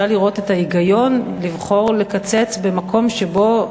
לראות את ההיגיון בלבחור לקצץ במקום שבו,